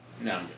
No